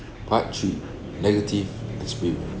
part three negative experience